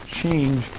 change